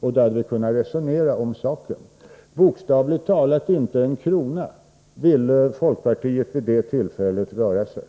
Vi hade kunnat resonera om saken. Men bokstavligen inte en krona ville folkpartiet vid detta tillfälle satsa.